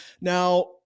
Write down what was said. Now